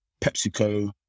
PepsiCo